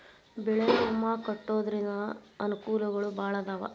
ಬೆಳೆ ವಿಮಾ ಕಟ್ಟ್ಕೊಂತಿದ್ರ ಅನಕೂಲಗಳು ಬಾಳ ಅದಾವ